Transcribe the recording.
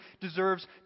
deserves